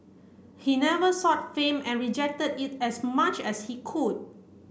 he never sought fame and rejected it as much as he could